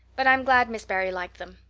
but i'm glad miss barry liked them.